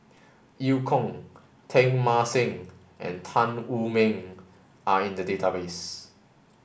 Eu Kong Teng Mah Seng and Tan Wu Meng are in the database